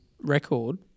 record